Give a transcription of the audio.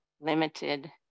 limited